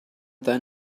that